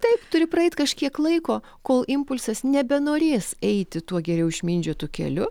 taip turi praeit kažkiek laiko kol impulsas nebenorės eiti tuo geriau išmindžiotu keliu